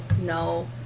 no